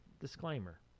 Disclaimer